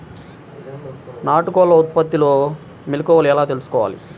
నాటుకోళ్ల ఉత్పత్తిలో మెలుకువలు ఎలా తెలుసుకోవాలి?